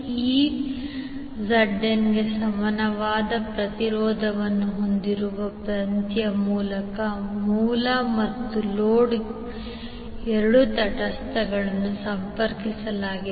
ಈಗ Znಗೆ ಸಮಾನವಾದ ಪ್ರತಿರೋಧವನ್ನು ಹೊಂದಿರುವ ತಂತಿಯ ಮೂಲಕ ಮೂಲ ಮತ್ತು ಲೋಡ್ ಎರಡೂ ತಟಸ್ಥಗಳನ್ನು ಸಂಪರ್ಕಿಸಲಾಗಿದೆ